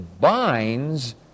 binds